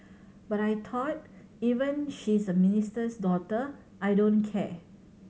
but I thought even she's a minister's daughter I don't care